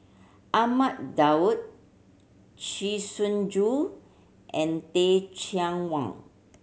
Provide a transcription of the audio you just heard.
Ahmad Daud Chee Soon Juan and Teh Cheang Wan